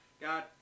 God